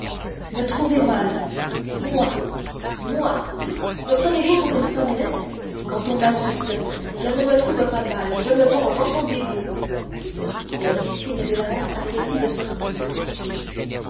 me trouver mal moi moi me prenez-vous pour une femmelette quand on m'insulte je ne me trouve pas mal je me venge entendez-vous et de la main elle fit signe à ketty de sortir